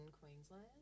queensland